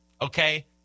Okay